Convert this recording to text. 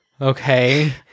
Okay